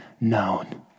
known